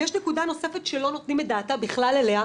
ויש נקודה נוספת שלא נותנים בכלל את דעתם אליה,